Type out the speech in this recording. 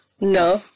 No